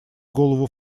голову